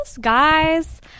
Guys